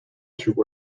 through